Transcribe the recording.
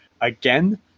Again